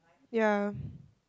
ya